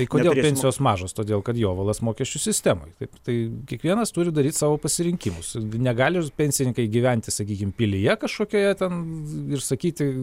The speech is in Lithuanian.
tai kodėl pensijos mažos todėl kad jovalas mokesčių sistemoj taip tai kiekvienas turi daryt savo pasirinkimus negali pensininkai gyventi sakykime pilyje kažkokioje ten ir sakyti